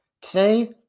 Today